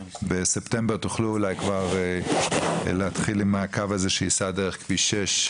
שבספטמבר אולי תוכלו כבר להתחיל עם הקו הזה שייסע דרך כביש 6,